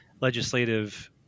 legislative